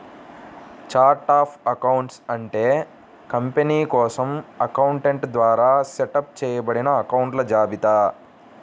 chart of accounts అంటే company కోసం accountant ద్వారా సెటప్ చేయబడిన అకొంట్ల జాబితా